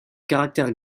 caractères